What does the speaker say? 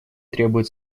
требуют